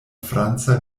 franca